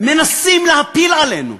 מנסים להפיל עלינו